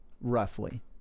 roughly